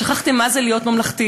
שכחתם מה זה להיות ממלכתיים,